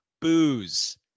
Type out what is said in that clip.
Booze